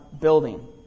building